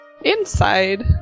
inside